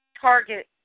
target